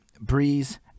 breeze